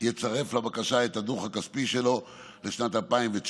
יצרף לבקשה את הדוח הכספי שלו לשנת 2019,